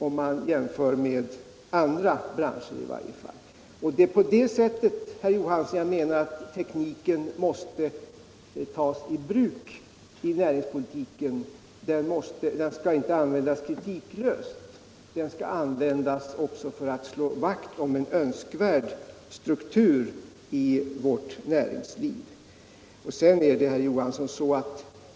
På det sättet, herr Johansson, måste tekniken utnyttjas inom näringspolitiken. Den skall inte användas kritiklöst utan också för att slå vakt om en önskvärd struktur i vårt näringsliv.